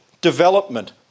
development